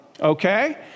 okay